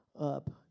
up